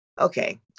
okay